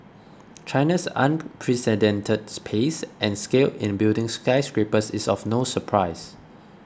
China's unprecedented pace and scale in building skyscrapers is of no surprise